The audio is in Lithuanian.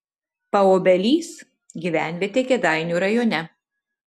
paobelys gyvenvietė kėdainių rajone